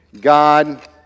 God